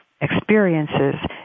experiences